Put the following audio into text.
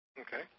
Okay